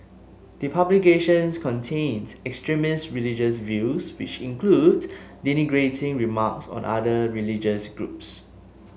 the publications contain extremist religious views which include denigrating remarks on other religious groups